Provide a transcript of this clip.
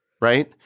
right